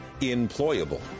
Employable